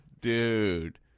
Dude